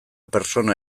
pertsona